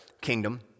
kingdom